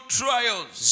trials